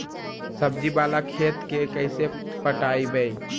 सब्जी बाला खेत के कैसे पटइबै?